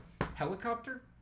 Helicopter